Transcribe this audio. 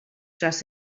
dros